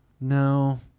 No